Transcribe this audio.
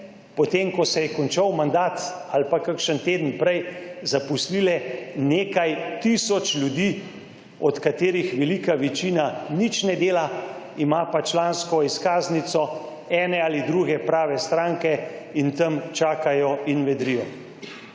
potem ko se je končal mandat ali pa kakšen teden prej, zaposlile nekaj tisoč ljudi, od katerih velika večina nič ne dela, ima pa člansko izkaznico ene ali druge prave stranke in tam čakajo in vedrijo.